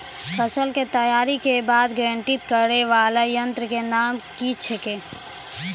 फसल के तैयारी के बाद ग्रेडिंग करै वाला यंत्र के नाम की छेकै?